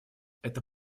это